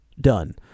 done